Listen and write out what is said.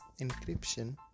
encryption